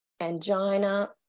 angina